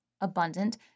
abundant